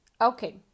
Okay